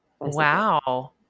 Wow